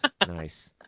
Nice